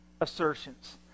assertions